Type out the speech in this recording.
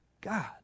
God